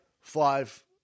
five